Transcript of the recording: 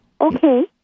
Okay